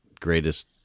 greatest